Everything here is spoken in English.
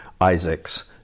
Isaac's